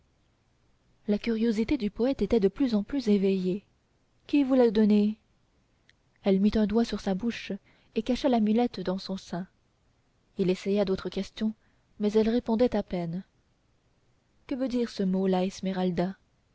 la curiosité du poète était de plus en plus éveillée qui vous l'a donnée elle mit un doigt sur sa bouche et cacha l'amulette dans son sein il essaya d'autres questions mais elle répondait à peine que veut dire ce mot la esmeralda